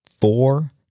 four